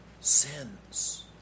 sins